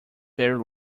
very